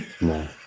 No